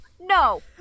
No